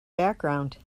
background